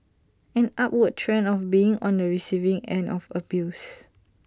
an upward trend of being on the receiving end of abuse